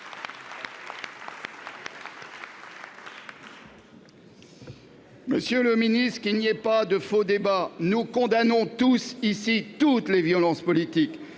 Monsieur le Ministre qu'il n'y ait pas de faux débat. Nous condamnons tous ici toutes les violences politiques